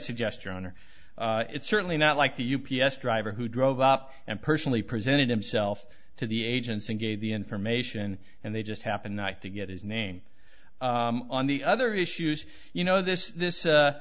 suggest your honor it's certainly not like the u p s driver who drove up and personally presented himself to the agents and gave the information and they just happened to get his name on the other issues you know this